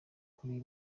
kuri